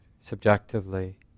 subjectively